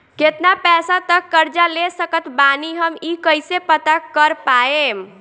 केतना पैसा तक कर्जा ले सकत बानी हम ई कइसे पता कर पाएम?